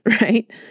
right